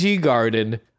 Garden